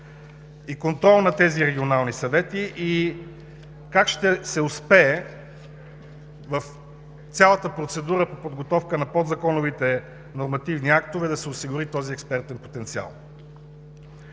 и контрол на тези регионални съвети, и как ще се успее в цялата процедура по подготовка на подзаконовите нормативни актове да се осигури този експертен потенциал?